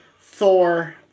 Thor